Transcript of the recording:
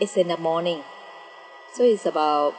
it's in the morning so it's about